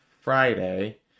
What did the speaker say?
Friday